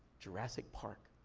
jurassic park.